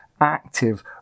active